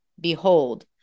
Behold